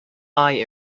eye